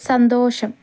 സന്തോഷം